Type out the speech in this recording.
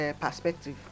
perspective